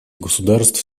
государств